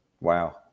Wow